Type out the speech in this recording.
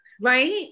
Right